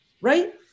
right